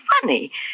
funny